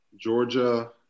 Georgia